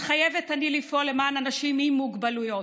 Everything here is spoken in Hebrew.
מתחייבת אני לפעול למען אנשים עם מוגבלויות,